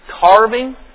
Carving